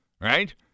Right